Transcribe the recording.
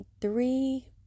three